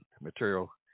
material